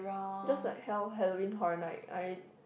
just like hall~ Halloween Horror Night I